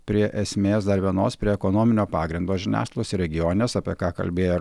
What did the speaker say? prie esmės dar vienos prie ekonominio pagrindo žiniasklaidos ir regioninės apie ką kalbėjo